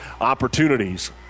opportunities